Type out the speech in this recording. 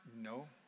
No